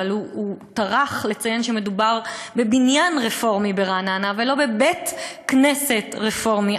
אבל הוא טרח לציין שמדובר בבניין רפורמי ברעננה ולא בבית-כנסת רפורמי,